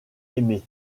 aimer